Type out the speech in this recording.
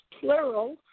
plural